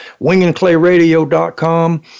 wingandclayradio.com